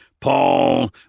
Paul